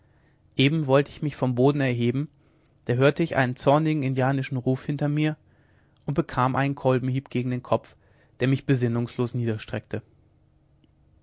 eben wollte ich mich vom boden erheben da hörte ich einen zornigen indianischen ruf hinter mir und bekam einen kolbenhieb gegen den kopf der mich besinnungslos niederstreckte